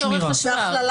וגם לצורך השבב.